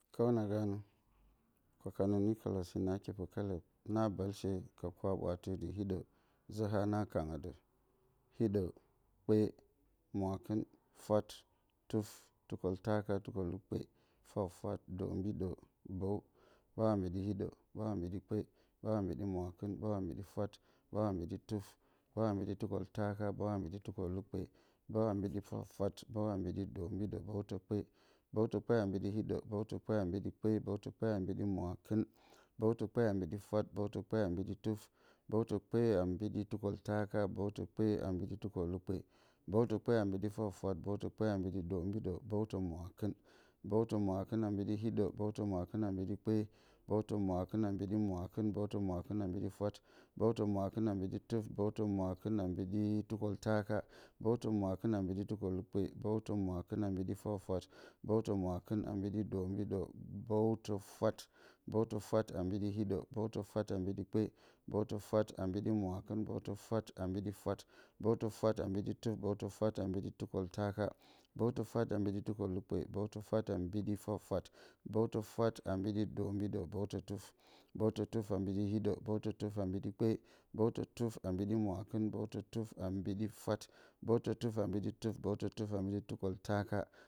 Kǝwna ganǝ. Kwaka nǝ na bǝlshe ka kwa-ɓwaatiye dɨ hiɗǝ. zǝ haa na kǝnǝ dǝ. hiɗǝ. kpe, mwaakɨn. fwat, tuf, tukoltaaka. tukolukpe, fwat-fwat, doombiɗǝ, bǝw. bǝw a mbiɗi-hiɗǝ, bǝw a mbiɗi-kpe, bǝw a mbiɗi-mwaakɨn, bǝw a mbiɗi-fwat, bǝw a mbiɗi-tuf, bǝw a mbiɗi-tukoltaaka, bǝw a mbiɗi-tukolukpe, bǝw a mbiɗi-fwat-fwat, bǝw a mbiɗi-doombiɗǝ bǝwtǝ-kpe. bǝwtǝ-kpe a mbiɗi-hiɗǝ, bǝwtǝ-kpe a mbiɗi-kpe, bǝwtǝ-kpe a mbiɗi-mwaakɨn, bǝwtǝ-kpe a mbiɗi-fwat, bǝwtǝ-kpe a mbiɗi-tuf, bǝwtǝ-kpe a mbiɗi-tukoltaaka, bǝwtǝ-kpe a mbiɗi-tukolukpe, bǝwtǝ-kpe a mbiɗi-fwat-fwat, bǝwtǝ-kpe a mbiɗi-ndoombiɗǝ, bǝwtǝ-mwaakɨn. bǝwtǝ-mwaakɨn a mbiɗi-hiɗǝ, bǝwtǝ-mwaakɨn a mbiɗi-kpe, bǝwtǝ-mwaakɨn a mbiɗi-mwaakɨn, bǝwtǝ-mwaakɨn a mbiɗi-fwat, bǝwtǝ-mwaakɨn a mbiɗi-tuf, bǝwtǝ-mwaakɨn a mbiɗi-tukoltaaka, bǝwtǝ-mwaakɨn a mbiɗi-tukolukpe, bǝwtǝ-mwaakɨn a mbiɗi-fwat-fwat, bǝwtǝ-mwaakɨn a mbiɗi-doombiɗǝ, bǝwtǝ-fwat. bǝwtǝ-fwat a mbiɗi-hiɗǝ, bǝwtǝ-fwat a mbiɗi-kpe, bǝwtǝ-fwat a mbiɗi-mwaakɨn, bǝwtǝ-fwat a mbiɗi-fwat, bǝwtǝ-fwat a mbiɗi-tuf, bǝwtǝ-fwat a mbiɗi-tukoltaaka, bǝwtǝ-fwat a mbiɗi-tukolukpe, bǝwtǝ-fwat a mbiɗi-fwat-fwat, bǝwtǝ-fwat a mbiɗi-doombiɗǝ, bǝwtǝ-tuf. bǝwtǝ-tuf a mbiɗi- hiɗǝ, bǝwtǝ-tuf a mbiɗi- kpe, bǝwtǝ-tuf a mbiɗi- mwaakɨn, bǝwtǝ-tuf a mbiɗi- fwat, bǝwtǝ-tuf a mbiɗi- tuf, bǝwtǝ-tuf a mbiɗi- tukoltaaka,